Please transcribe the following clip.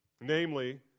Namely